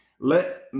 let